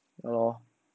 ya lor